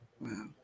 wow